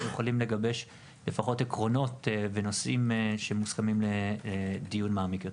יכולים לגבש לפחות עקרונות ונושאים שמוסכמים לדיון מעמיק יותר.